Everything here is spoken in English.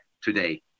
today